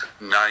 nine